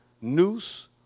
noose